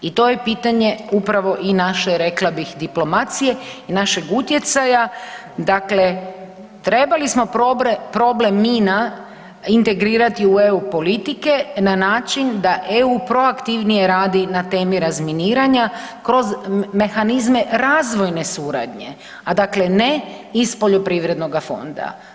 I to je pitanje upravo i naše rekla bih diplomacije i našeg utjecaja, dakle trebali smo problem mina integrirati u EU politike na način da EU proaktivnije radi na temi razminiranja kroz mehanizme razvojne suradnje, a dakle ne iz poljoprivrednoga fonda.